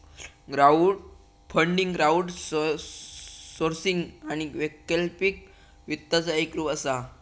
crowdfunding crowdsourcing आणि वैकल्पिक वित्ताचा एक रूप असा